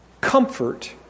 comfort